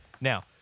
Now